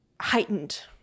heightened